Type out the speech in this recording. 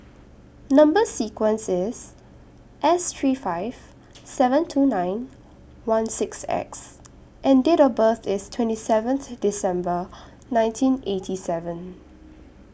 Number sequence IS S three five seven two nine one six X and Date of birth IS twenty seventh December nineteen eighty seven